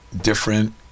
different